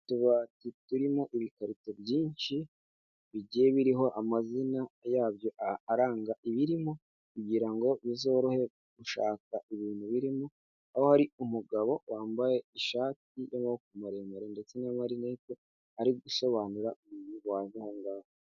Utubati turimo ibikarito byinshi bigiye biriho amazina yabyo, aranga ibirimo kugira ngo bizorohe gushaka ibintu birimo, aho hari umugabo wambaye ishati y'amaboko maremare ndetse na marinete ari gusobanura uwaje aha hangaha.